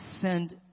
send